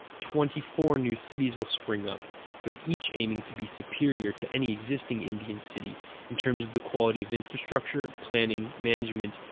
twenty four new cities will spring up with each aiming to be superior to any existing indian city in terms of the quality of infrastructure, planning, management,